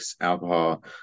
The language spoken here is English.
alcohol